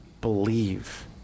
believe